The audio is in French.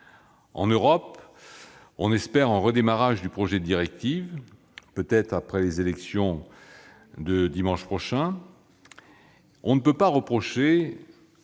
En Europe, on espère un redémarrage du projet de directive, peut-être après les élections de dimanche prochain. On ne peut pas reprocher